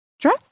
Dress